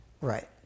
Right